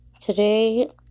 Today